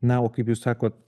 na o kaip jūs sakot